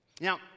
now